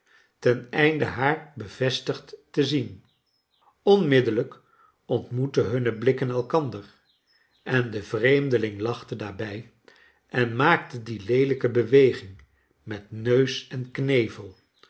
ten einde haar bevestigd te zien onmiddellijk ontmoetten hunne blikken elkander en de vreemdeling lachte daarbij en maakte die leelijke beweging met neus en knevel